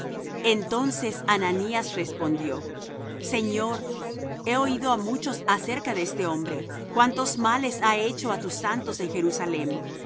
entonces ananías respondió señor he oído á muchos acerca de este hombre cuántos males ha hecho á tus santos en jerusalem